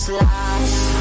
lost